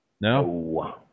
No